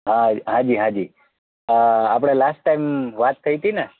હા હા જી હા જી આપણે લાસ્ટ ટાઈમ વાત થઈ હતી ને